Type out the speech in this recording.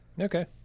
Okay